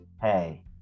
Hey